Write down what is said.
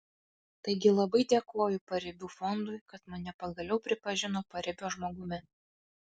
taigi labai dėkoju paribių fondui kad mane pagaliau pripažino paribio žmogumi